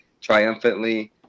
triumphantly